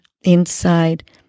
inside